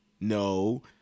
No